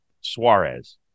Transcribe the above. Suarez